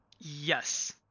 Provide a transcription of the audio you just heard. Yes